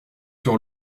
sur